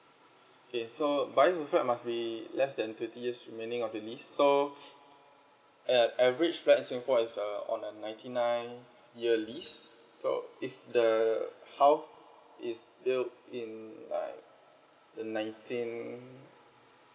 okay so buying a flat must be less than twenty years meaning of your list so uh average flat singapore is uh on a ninety nine yearly's so if the house is built in like the nineteen